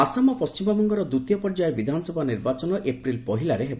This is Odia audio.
ଆସାମ ଓ ପଶ୍ଚିମବଙ୍ଗର ଦ୍ୱିତୀୟ ପର୍ଯ୍ୟାୟ ବିଧାନସଭା ନିର୍ବାଚନ ଏପ୍ରିଲ୍ ପହିଲାରେ ହେବ